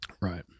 Right